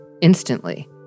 instantly